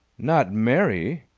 not mary!